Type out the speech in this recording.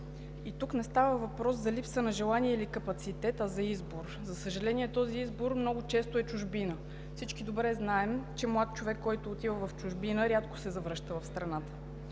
И тук не става въпрос за липса на желание или капацитет, а за избор. За съжаление, този избор много често е чужбина. Всички добре знаем, че млад човек, който отива в чужбина, рядко се завръща в страната.